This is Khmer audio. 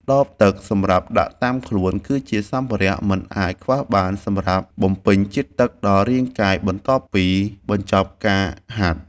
ដបទឹកសម្រាប់ដាក់តាមខ្លួន គឺជាសម្ភារៈមិនអាចខ្វះបានសម្រាប់បំពេញជាតិទឹកដល់រាងកាយបន្ទាប់ពីបញ្ចប់ការហាត់។